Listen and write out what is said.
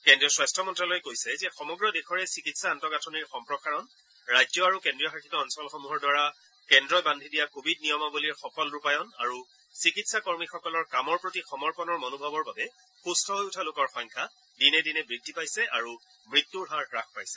কেন্দ্ৰীয় স্বাস্থ্য মন্ত্যালয়ে কৈছে যে সমগ্ৰ দেশৰে চিকিৎসা আন্তঃগাঁঠনিৰ সম্প্ৰসাৰণ ৰাজ্য আৰু কেন্দ্ৰীয় শাসিত অঞ্চলসমূহৰ দ্বাৰা কেন্দ্ৰই বান্ধি দিয়া কোৱিড নিয়মাৱলীৰ সফল ৰূপায়ণ আৰু চিকিৎসা কৰ্মীসকলৰ কামৰ প্ৰতি সমৰ্পনৰ মনোভাৱৰ বাবে সুম্থ হৈ উঠা লোকৰ সংখ্যা দিনে দিনে বৃদ্ধি পাইছে আৰু মৃত্যুৰ হাৰ হাস পাইছে